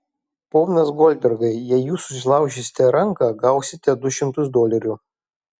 ponas goldbergai jei jūs susilaužysite ranką gausite du šimtus dolerių